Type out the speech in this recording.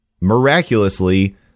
miraculously